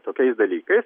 tokiais dalykais